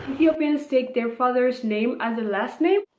ethiopians take their father's name as the last name.